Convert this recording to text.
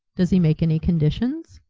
does he make any conditions?